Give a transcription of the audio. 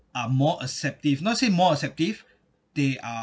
are more acceptive not to say more acceptive they are